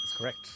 correct